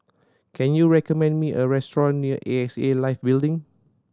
can you recommend me a restaurant near A X A Life Building